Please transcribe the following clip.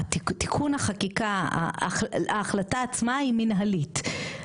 ההחלטה עצמה היא מנהלית,